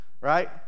right